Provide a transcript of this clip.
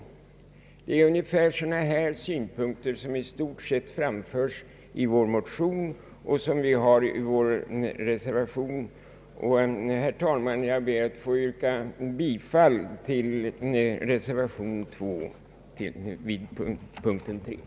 Det är i stort sett synpunkter av 'detta slag som framförts i vår motion liksom även i vår reservation, och jag ber, herr talman, att få yrka bifall till reservation 2 vid punkten 3.